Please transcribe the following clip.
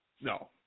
No